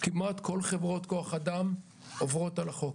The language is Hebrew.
כמעט כל חברות כוח האדם עוברות על החוק,